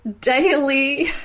daily